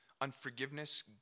unforgiveness